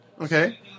Okay